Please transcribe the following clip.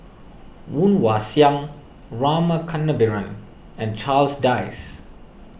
Woon Wah Siang Rama Kannabiran and Charles Dyce